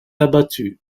abattu